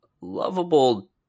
lovable